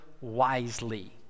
wisely